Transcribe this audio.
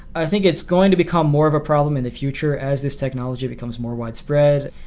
i think it's going to become more of a problem in the future as this technology becomes more widespread.